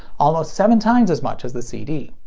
almost seven times as much as the cd.